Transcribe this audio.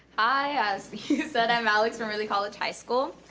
i, as you said, i'm alex from early college high school.